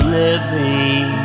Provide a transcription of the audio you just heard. living